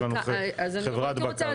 יש לנו חברת בקרה.